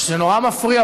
זה נורא מפריע.